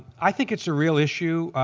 i think it's a real issue.